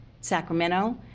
Sacramento